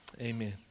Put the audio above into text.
amen